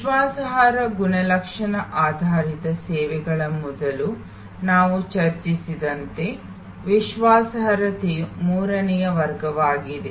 ವಿಶ್ವಾಸಾರ್ಹ ಗುಣಲಕ್ಷಣ ಆಧಾರಿತ ಸೇವೆಗಳ ಮೊದಲು ನಾವು ಚರ್ಚಿಸಿದಂತೆ ವಿಶ್ವಾಸಾರ್ಹತೆಯು ಮೂರನೆಯ ವರ್ಗವಾಗಿದೆ